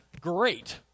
great